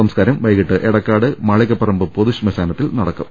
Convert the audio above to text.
സംസ്കാരം വൈകിട്ട് എടക്കാട് മാളികപ്പറമ്പ് പൊതുശ്മശാനത്തിൽ നടക്കും